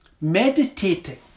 Meditating